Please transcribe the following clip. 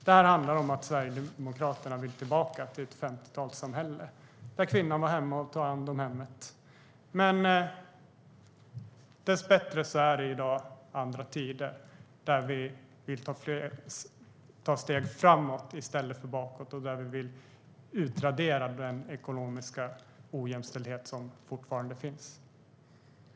Det handlar om att Sverigedemokraterna vill tillbaka till ett 50-talssamhälle där kvinnorna var hemma och tog hand om hemmet. Dessbättre är det i dag andra tider, då vi vill ta steg framåt i stället för bakåt och då vi vill utradera den ekonomiska ojämställdhet som fortfarande finns.